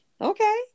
Okay